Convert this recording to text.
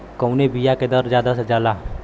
कवने बिया के दर मन ज्यादा जाला?